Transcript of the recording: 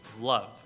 love